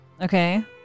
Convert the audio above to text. Okay